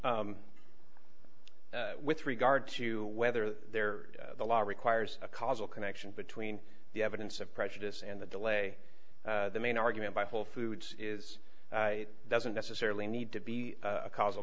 with regard to whether their the law requires a causal connection between the evidence of prejudice and the delay the main argument by whole foods is doesn't necessarily need to be a causal